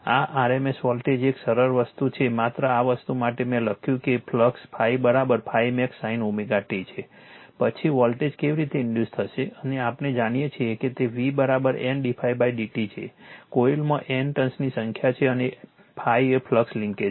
આ RMS voltage એક સરળ વસ્તુ છે માત્ર આ વસ્તુ માટે મેં લખ્યું છે કે ફ્લક્સ ∅ ∅max sin t છે પછી વોલ્ટેજ કેવી રીતે ઇન્ડ્યુસ થશે અને આપણે જાણીએ છીએ કે તે V N d ∅ dt છે કોઇલમાં N ટર્ન્સની સંખ્યા છે અને ∅ એ ફ્લક્સ લિંકેજ છે